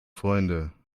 freunde